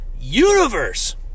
universe